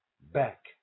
back